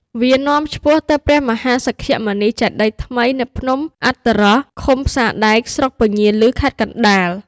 វានាំឆ្ពោះទៅព្រះមហាសក្យមុនី ចេតិយថ្មី នៅភ្នំអដ្ឋរស្ស ឃុំផ្សារដែក ស្រុកពញាឮ ខេត្តកណ្តាល។